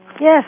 Yes